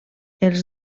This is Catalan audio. els